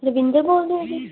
ਰਵਿੰਦਰ ਬੋਲਦੇ ਹੋ ਜੀ